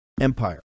empire